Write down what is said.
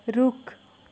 रुख